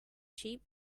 cheap